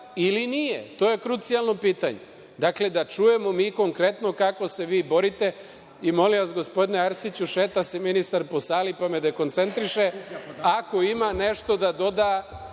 ili nije? To je krucijalno pitanje. Dakle, da čujemo mi konkretno kako se vi borite. Molim vas, gospodine Arsiću, šeta se ministar po sali, pa me dekoncentriše, ako ima nešto da doda